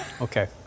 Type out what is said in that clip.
Okay